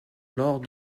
lors